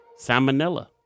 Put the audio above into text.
Salmonella